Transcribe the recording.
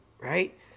right